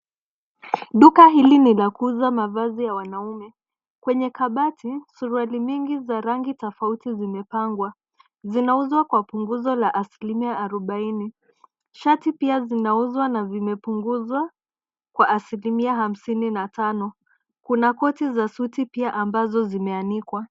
Duka hili ni la kuuza mavazi ya wanaume. Kwenye kabati, suruali mingi za rangi tofauti zimepangwa. Zinauzwa kwa punguzo la asilimia arobaini. Shati pia zinauzwa na vimepunguzwa kwa asilimia hamsini na tano. Kuna koti za suti pia ambazo zimeanikwa.